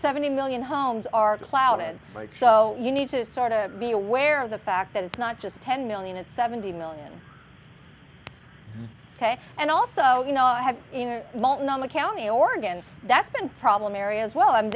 seventy million homes are clouded so you need to sort of be aware of the fact that it's not just ten million it's seventy million and also you know i have known the county oregon that's been a problem areas well